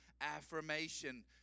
affirmation